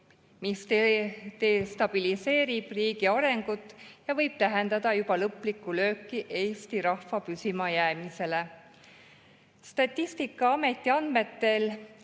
mis destabiliseerib riigi arengut ja võib tähendada juba lõplikku lööki eesti rahva püsimajäämisele. Statistikaameti andmetel